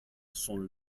son